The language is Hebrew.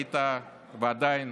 היית ואתה עדיין